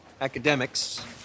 academics